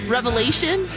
Revelation